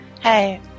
hey